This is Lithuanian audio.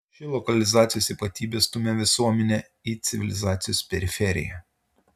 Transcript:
ši lokalizacijos ypatybė stumia visuomenę į civilizacijos periferiją